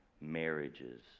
marriages